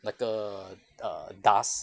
那个 err dust